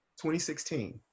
2016